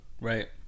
Right